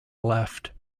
left